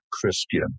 Christian